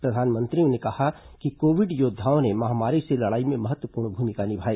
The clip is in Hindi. प्रधानमंत्री ने कहा कि कोविड योद्वाओं ने महामारी से लड़ाई में महत्वपूर्ण भूमिका निभाई